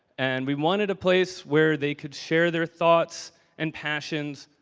and we wanted a place where they could share their thoughts and passions,